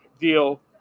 deal